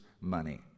money